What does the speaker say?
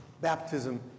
Baptism